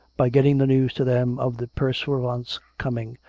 by getting the news to them of the pursuivants' coming,